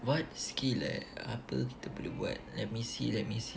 what skill eh apa kita boleh buat let me see let me see